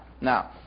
Now